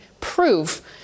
proof